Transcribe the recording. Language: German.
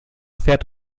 fährt